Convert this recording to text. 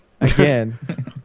Again